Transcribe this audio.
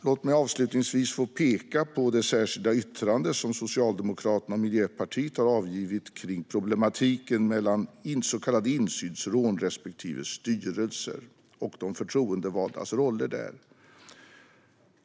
Låt mig få peka på det särskilda yttrande som Socialdemokraterna och Miljöpartiet har avgivit kring problematiken mellan så kallade insynsråd respektive styrelser och de förtroendevaldas roller där.